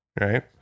right